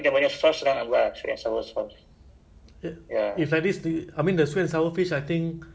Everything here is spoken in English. I think just but the sweet and sour you can make ah macam mix and match